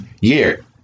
year